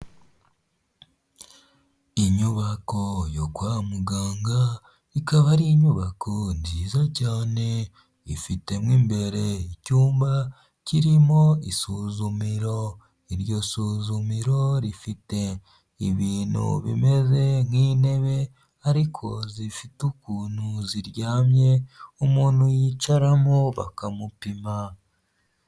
Inyubako yo kwa muganga, ikaba ari inyubako nziza cyane, ifitemo imbere icyumba kirimo isuzumiro, iryo suzumiro rifite ibintu bimeze nk'intebe ariko zifite ukuntu ziryamye, umuntu yicaramo bakamupima.